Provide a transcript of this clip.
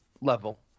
level